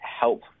HELP